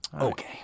Okay